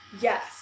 Yes